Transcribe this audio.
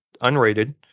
unrated